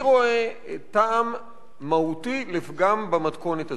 אני רואה טעם מהותי לפגם במתכונת הזאת.